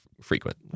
frequent